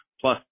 Plus